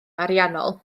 ariannol